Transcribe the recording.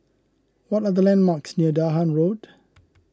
what are the landmarks near Dahan Road